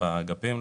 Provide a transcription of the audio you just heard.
באגפים.